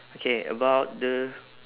okay about the